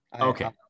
Okay